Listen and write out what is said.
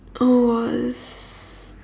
uh was